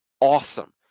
awesome